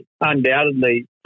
undoubtedly